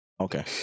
Okay